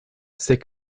c’est